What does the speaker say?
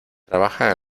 trabaja